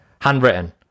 handwritten